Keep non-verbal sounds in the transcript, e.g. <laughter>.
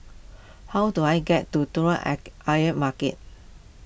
how do I get to Telok <unintelligible> Ayer Market